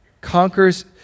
conquers